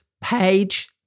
page